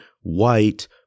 white